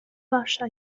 wasza